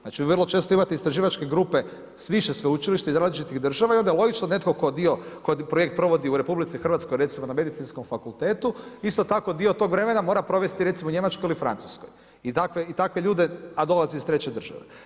Znači vrlo često imate istraživačke grupe sa više sveučilišta, iz različitih država i onda je logično da netko tko projekt provodi u RH recimo na Medicinskom fakultetu, isto tako dio tog vremena mora provesti u Njemačkoj ili Francuskoj i takve ljude a dolazi iz treće države.